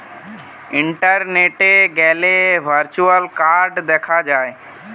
ইন্টারনেটে গ্যালে virtual card দেখা যায়